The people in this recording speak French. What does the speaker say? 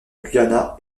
guyana